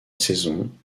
saison